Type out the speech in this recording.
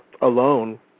alone